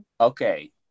Okay